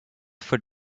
for